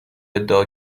ادعا